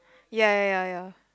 ya ya ya ya